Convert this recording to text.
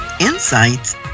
insights